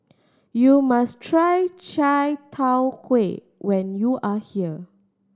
you must try chai tow kway when you are here